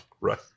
Right